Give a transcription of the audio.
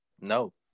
No